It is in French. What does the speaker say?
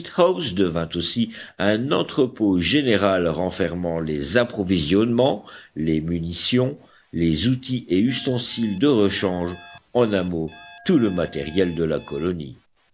granite house devint aussi un entrepôt général renfermant les approvisionnements les munitions les outils et ustensiles de rechange en un mot tout le matériel de la colonie